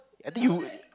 I think you